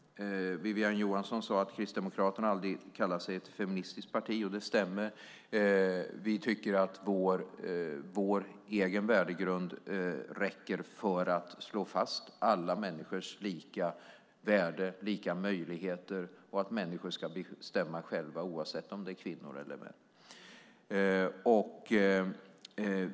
Wiwi-Anne Johansson sade att Kristdemokraterna aldrig kallar sig ett feministiskt parti. Det stämmer. Vi tycker att vår egen värdegrund räcker för att slå fast alla människors lika värde, lika möjligheter, och att människor ska bestämma själva oavsett om de är kvinnor eller män.